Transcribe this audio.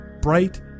bright